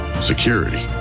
security